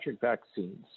vaccines